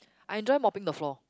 I enjoy mopping the floor